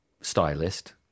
stylist